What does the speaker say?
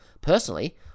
Personally